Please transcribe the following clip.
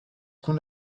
qu’on